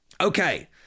Okay